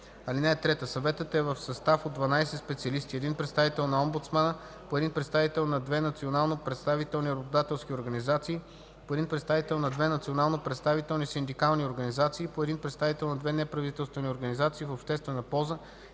т. 2. (3) Съветът е в състав от 12 специалисти: един представител на омбудсмана; по един представител на две национално представителни работодателски организации; по един представител на две национално представителни синдикални организации; по един представител на две неправителствени организации в обществена полза